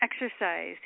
exercise